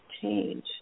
change